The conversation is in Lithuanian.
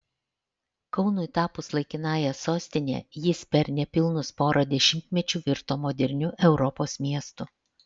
kaunui tapus laikinąja sostine jis per nepilnus pora dešimtmečių virto moderniu europos miestu